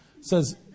says